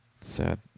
Sad